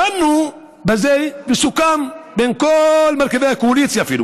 דנו בזה וסוכם בין כל מרכיבי הקואליציה אפילו,